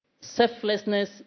selflessness